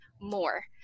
more